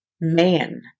man